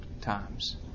times